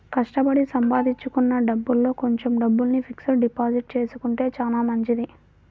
కష్టపడి సంపాదించుకున్న డబ్బుల్లో కొంచెం డబ్బుల్ని ఫిక్స్డ్ డిపాజిట్ చేసుకుంటే చానా మంచిది